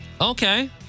Okay